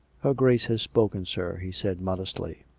her grace has spoken, sir, he said modestly.